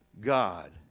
God